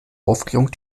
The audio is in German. aufregung